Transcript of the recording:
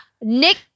Nick